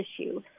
issue